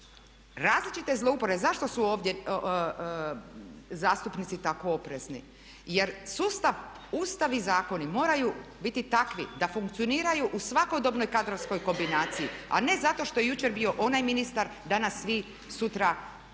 Različite zlouporabe, zašto su ovdje zastupnici tako oprezni. Jer sustav, Ustav i zakoni moraju biti takvi da funkcioniraju u svakodobnoj kadrovskoj kombinaciji, a ne zato što je jučer bio onaj ministar, danas svi, sutra